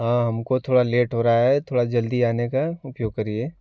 हाँ हमको थोड़ा लेट हो रहा है थोड़ा जल्दी आने का उपयोग करिए